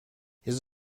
his